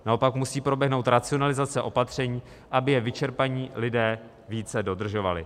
Naopak, musí proběhnout racionalizace opatření, aby je vyčerpaní lidé více dodržovali.